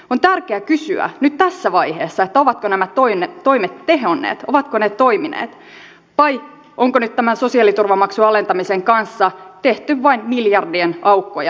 on tärkeä kysyä nyt tässä vaiheessa ovatko nämä toimet tehonneet ovatko ne toimineet vai onko nyt tämän sosiaaliturvamaksun alentamisen kanssa tehty vain miljardien aukkoja valtiontalouteen